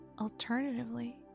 Alternatively